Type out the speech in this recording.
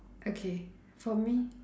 okay for me